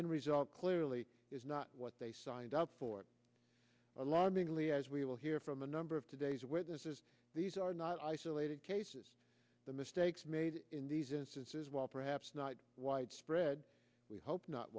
end result clearly is not what they signed up for alarmingly as we will hear from a number of today's witnesses these are not isolated cases the mistake it's made in these instances well perhaps not widespread we hope not